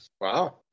Wow